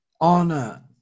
honor